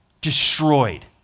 Destroyed